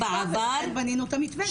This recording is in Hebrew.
ולכן בנינו את המתווה.